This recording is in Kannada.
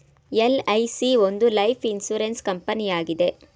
ಎಲ್.ಐ.ಸಿ ಒಂದು ಲೈಫ್ ಇನ್ಸೂರೆನ್ಸ್ ಕಂಪನಿಯಾಗಿದೆ